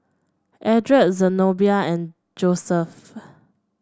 Eldred Zenobia and Joeseph